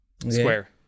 square